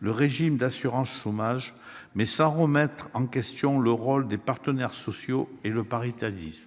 le régime d'assurance chômage, sans remettre en question le rôle des partenaires sociaux ni le paritarisme.